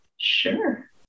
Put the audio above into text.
sure